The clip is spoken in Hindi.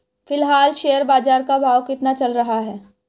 फिलहाल शेयर बाजार का भाव कितना चल रहा है?